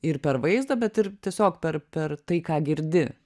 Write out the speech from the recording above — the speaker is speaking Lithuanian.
ir per vaizdą bet ir tiesiog per per tai ką girdi